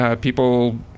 people